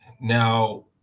Now